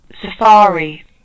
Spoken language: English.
Safari